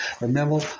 Remember